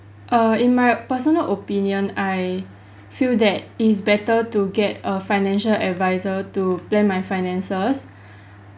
err in my personal opinion I feel that it is better to get a financial advisor to plan my finances